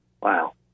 wow